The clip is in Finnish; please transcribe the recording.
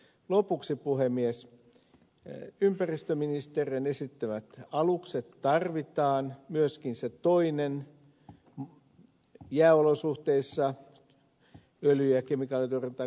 lopuksi puhemies ympäristöministeriön esittämät alukset tarvitaan myöskin se toinen jääolosuhteissa öljy ja kemikaalitorjuntaan kykenevä monitoimialus